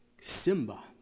Simba